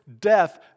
death